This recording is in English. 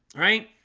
right,